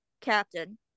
captain